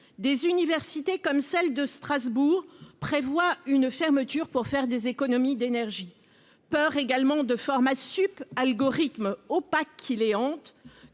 des universités comme celle de Strasbourg prévoit une fermeture pour faire des économies d'énergie, peur également de format sup algorithmes opaques, il est honteux